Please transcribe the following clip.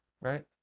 Right